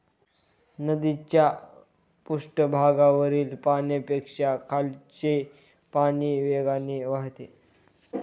नदीच्या पृष्ठभागावरील पाण्यापेक्षा खालचे पाणी वेगाने वाहते